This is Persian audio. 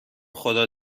خدا